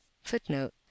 footnote